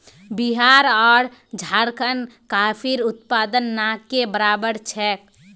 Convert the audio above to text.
बिहार आर झारखंडत कॉफीर उत्पादन ना के बराबर छेक